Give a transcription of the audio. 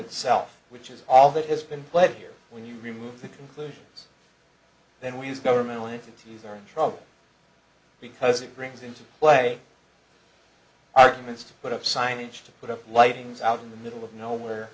itself which is all that has been played here when you remove the conclusions then we use governmental entities are in trouble because it brings into play arguments to put up signage to put up lightings out in the middle of nowhere